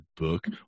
book